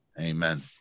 Amen